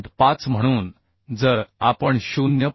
5 म्हणून जर आपण 0